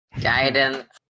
Guidance